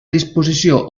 disposició